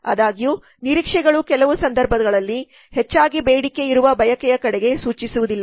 ಆದಾಗ್ಯೂ ನಿರೀಕ್ಷೆಗಳು ಕೆಲವು ಸಂದರ್ಭಗಳಲ್ಲಿ ಹೆಚ್ಚಾಗಿ ಬೇಡಿಕೆಯಿರುವ ಬಯಕೆಯ ಕಡೆಗೆ ಸೂಚಿಸುವುದಿಲ್ಲ